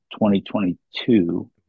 2022